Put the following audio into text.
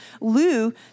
Lou